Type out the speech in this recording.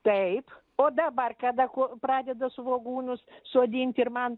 taip o dabar kada ko pradeda svogūnus sodinti ir man